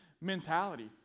mentality